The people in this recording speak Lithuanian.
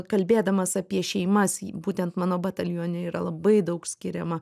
kalbėdamas apie šeimas būtent mano batalione yra labai daug skiriama